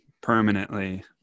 permanently